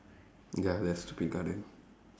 ya that stupid garden